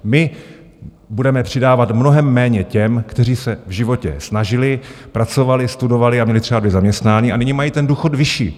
My budeme přidávat mnohem méně těm, kteří se v životě snažili, pracovali, studovali a měli třeba dvě zaměstnání, a oni mají ten důchod vyšší.